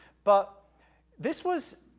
but this was,